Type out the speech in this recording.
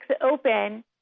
open